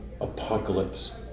apocalypse